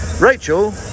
rachel